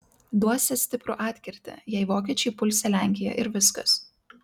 duosią stiprų atkirtį jei vokiečiai pulsią lenkiją ir viskas